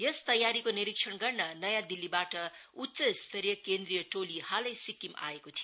यस तयारीको निरीक्षण गर्न नयाँ दिल्लीबाट उच्च स्तरीय केन्द्रीय टोली हालै सिक्किम आएको थियो